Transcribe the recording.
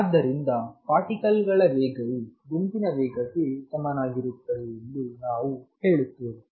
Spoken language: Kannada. ಆದ್ದರಿಂದ ಪಾರ್ಟಿಕಲ್ ಗಳ ವೇಗವು ಗುಂಪಿನ ವೇಗಕ್ಕೆ ಸಮನಾಗಿರುತ್ತದೆ ಎಂದು ನಾವು ಹೇಳುತ್ತೇವೆ